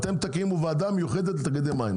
אתם תקימו וועדה מיוחדת לתאגידי מים,